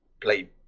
play